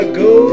go